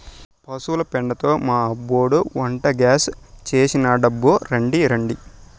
పశుల పెండతో మా అబ్బోడు వంటగ్యాస్ చేసినాడబ్బో రాండి రాండి